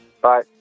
bye